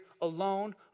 alone